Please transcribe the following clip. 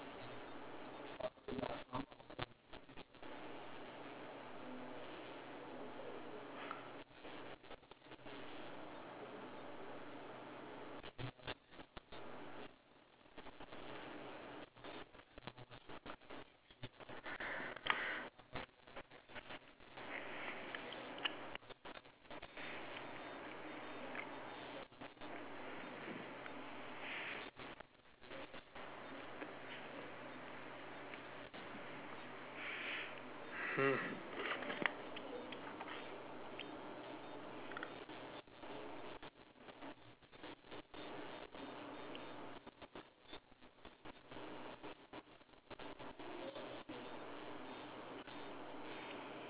mm